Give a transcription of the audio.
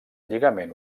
lligament